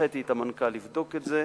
הנחיתי את המנכ"ל לבדוק את זה,